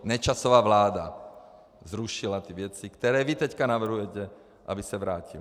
Nečasova vláda zrušila ty věci, které vy teď navrhujete, aby se vrátily.